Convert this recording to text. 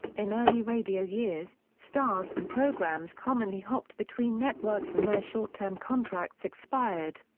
in early radio years, stars and programs commonly hopped between networks when their short-term contracts expired.